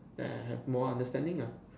I have more understanding lah